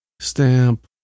stamp